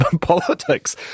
politics